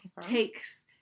takes